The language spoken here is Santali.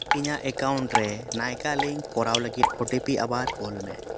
ᱤᱧᱟᱹᱜ ᱮᱠᱟᱣᱩᱱᱴ ᱨᱮ ᱱᱟᱭᱠᱟ ᱞᱤᱝᱠ ᱠᱚᱨᱟᱣ ᱞᱟᱹᱜᱤᱫ ᱳ ᱴᱤ ᱯᱤ ᱟᱵᱟᱨ ᱠᱳᱞ ᱢᱮ